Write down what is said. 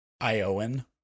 Iowan